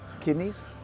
Kidneys